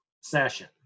session